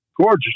Gorgeous